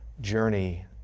journey